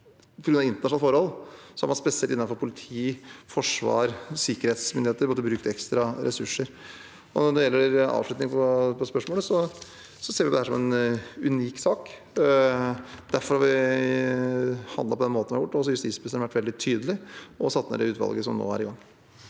På grunn av internasjonale forhold har man spesielt innenfor politi, forsvar og sikkerhetsmyndigheter måttet bruke ekstra ressurser. Når det gjelder avslutningen på spørsmålet, ser vi på dette som en unik sak. Derfor har vi handlet på den måten vi har gjort, og justisministeren har vært veldig tydelig og satt ned det utvalget som nå er i gang.